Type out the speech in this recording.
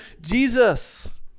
Jesus